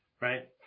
right